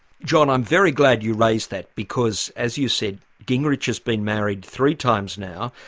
john, i'm very glad you raised that, because as you said, gingrich has been married three times now.